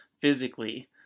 physically